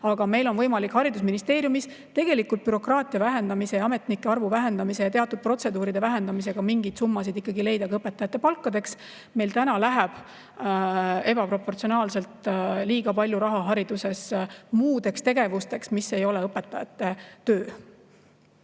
Aga meil on võimalik haridusministeeriumis bürokraatia vähendamise ja ametnike arvu vähendamise ja teatud protseduuride vähendamisega mingeid summasid leida ka õpetajate palkadeks. Meil läheb ebaproportsionaalselt liiga palju raha hariduses muudeks tegevusteks, mis ei ole õpetajate töö.